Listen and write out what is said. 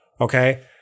okay